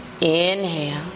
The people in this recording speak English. Inhale